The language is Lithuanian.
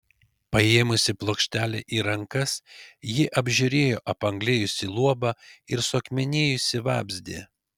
paėmusi plokštelę į rankas ji apžiūrėjo apanglėjusį luobą ir suakmenėjusį vabzdį